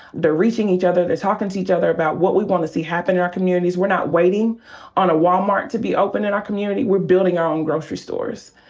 they're reaching each other. they're talkin' to each other about what we wanna see happen in our communities. we're not waiting on a walmart to be opened in our community we're building our own grocery stores,